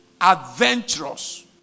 adventurous